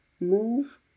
move